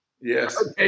Yes